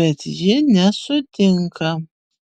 bet ji nesutinka